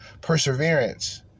Perseverance